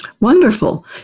Wonderful